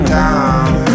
down